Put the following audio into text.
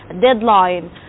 deadline